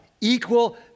equal